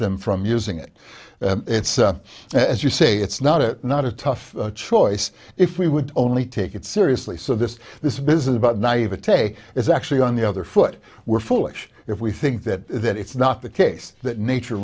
them from using it it's a as you say it's not it not a tough choice if we would only take it seriously so this this business about nave a take is actually on the other foot we're foolish if we i think that that it's not the case that nature